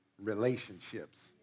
relationships